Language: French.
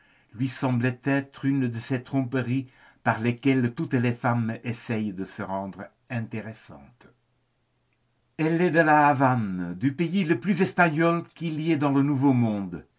lui semblait être une de ces tromperies par lesquelles toutes les femmes essaient de se rendre intéressantes elle est de la havane du pays le plus espagnol qu'il y ait dans le nouveau-monde